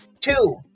two